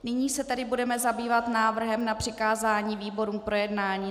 Nyní se budeme zabývat návrhem na přikázání výborům k projednání.